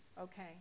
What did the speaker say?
Okay